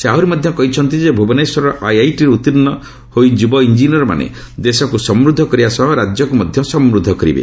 ସେ ଆହୁରି ମଧ୍ୟ କହିଛନ୍ତି ଯେ ଭୁବନେଶ୍ୱର ଆଇଆଇଟିରୁ ଉତ୍ତୀର୍ଣ୍ଣ ହୋଇ ଯୁବ ଇଂକିନିୟରମାନେ ଦେଶକୁ ସମୃଦ୍ଧ କରିବା ସହ ରାଜ୍ୟକୁ ମଧ୍ୟ ସମୃଦ୍ଧ କରିବେ